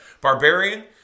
Barbarian